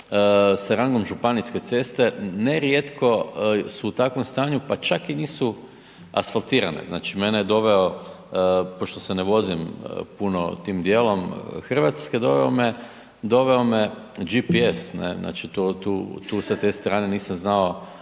sa rangom županijske ceste, nerijetko su u takvom stanju pa čak i nisu asfaltirane, znači mene je doveo, pošto se ne vozim puno tim djelom Hrvatske, doveo me GPS, znači tu sa te strane nisam znao